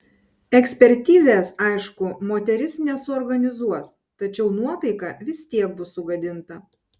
ekspertizės aišku moteris nesuorganizuos tačiau nuotaika vis tiek bus sugadinta